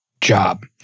job